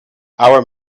our